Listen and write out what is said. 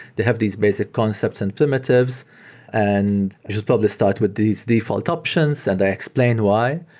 they have these basic concepts and primitives and just probably start with these default options and i explain why.